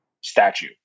statue